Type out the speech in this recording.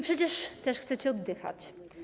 Przecież wy też chcecie oddychać.